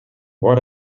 what